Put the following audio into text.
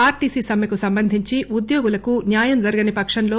RTC సమ్మెకు సంబంధించి ఉద్యోగులు న్యాయం జరగని పక్షంలో